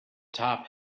top